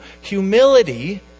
humility